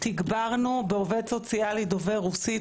תגברנו את המקום הזה בעובד סוציאלי דובר רוסית,